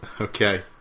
Okay